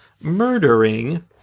murdering